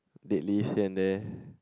deadlifts stand there